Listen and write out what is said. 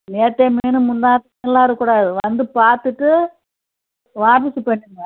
நேத்தைய மீன் முந்தாநாளெலாம் இருக்கக்கூடாது வந்து பார்த்துட்டு பண்ணுங்க